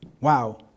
Wow